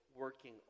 working